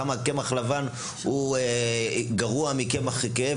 כמה קמח לבן הוא גרוע מקמח כהה,